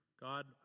god